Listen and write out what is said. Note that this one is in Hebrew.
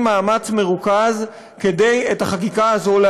מאמץ מרוכז כדי להעביר את החקיקה הזאת.